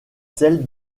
celle